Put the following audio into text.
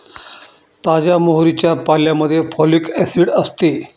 ताज्या मोहरीच्या पाल्यामध्ये फॉलिक ऍसिड असते